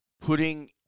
putting